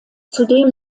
zudem